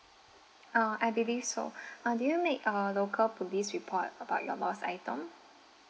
uh I believe so uh did you make a local police report about your lost item